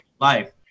life